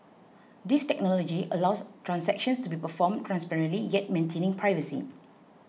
this technology allows transactions to be performed transparently yet maintaining privacy